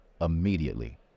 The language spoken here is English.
immediately